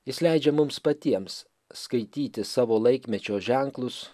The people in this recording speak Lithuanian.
jis leidžia mums patiems skaityti savo laikmečio ženklus